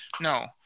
No